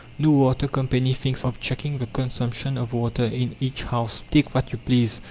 no water company thinks of checking the consumption of water in each house. take what you please!